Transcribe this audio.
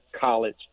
college